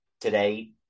today